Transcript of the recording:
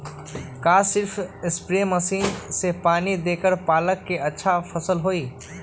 का सिर्फ spray machine से पानी देके पालक के अच्छा फसल होई?